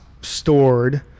stored